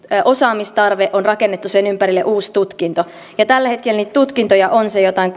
osaamistarve on rakennettu sen ympärille uusi tutkinto ja tällä hetkellä niitä tutkintoja on se jotain